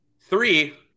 three